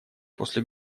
после